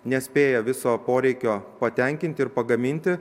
nespėja viso poreikio patenkinti ir pagaminti